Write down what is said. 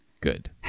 good